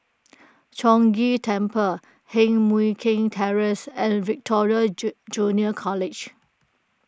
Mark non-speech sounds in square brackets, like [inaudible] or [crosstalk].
[noise] Chong Ghee Temple Heng Mui Keng Terrace and Victoria Ju Junior College